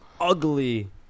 ugly